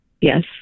Yes